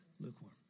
Lukewarm